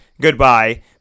goodbye